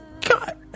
God